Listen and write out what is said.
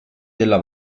della